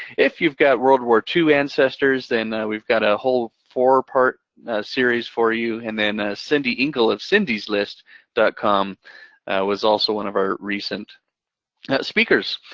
if you've got world war ii ancestors, then we've got a whole four-part series for you, and then cindy ingle of cindyslist dot com was also one of our recent speakers.